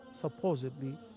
supposedly